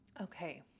Okay